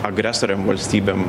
agresorėm valstybėm